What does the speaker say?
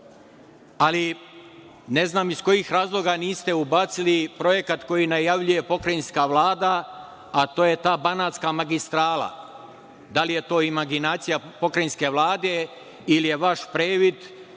ali ne znam iz kojih razloga niste ubacili projekat koji najavljuje pokrajinska Vlada, a to je ta banatska magistrala. Da li je to imaginacija pokrajinske Vlade ili vaš previd,